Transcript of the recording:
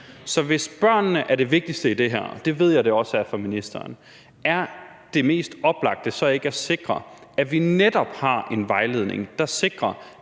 Så hvis børnene er det vigtigste i det her – og det ved jeg det også er for ministeren – er det mest oplagte så ikke at sikre, at vi netop har en vejledning, der sikrer,